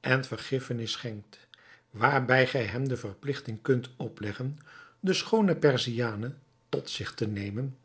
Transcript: en vergiffenis schenkt waarbij gij hem de verpligting kunt opleggen de schoone perziane tot zich te nemen